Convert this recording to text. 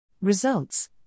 Results